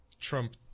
Trump